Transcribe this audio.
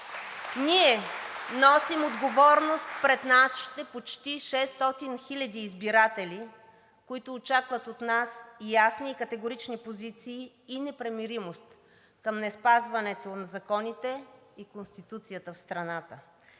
ние носим отговорност пред нашите почти 600 000 избиратели, които очакват от нас ясни и категорични позиции и непримиримост към неспазването на законите и Конституцията на страната.